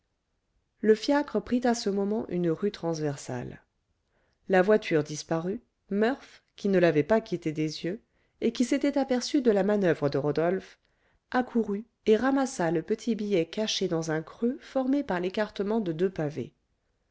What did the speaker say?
le fiacre prit à ce moment une rue transversale la voiture disparue murph qui ne l'avait pas quittée des yeux et qui s'était aperçu de la manoeuvre de rodolphe accourut et ramassa le petit billet caché dans un creux formé par l'écartement de deux pavés